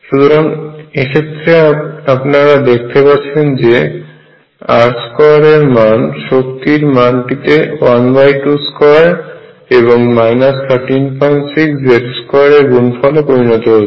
সুতরাং এক্ষেত্রে আপনারা দেখতে পাচ্ছেন যে r2 এর মান শক্তির মানটিতে 122 এবং 136 Z2 এর গুনফলে পরিণত হচ্ছে